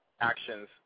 actions